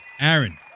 Aaron